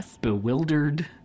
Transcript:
bewildered